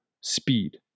speed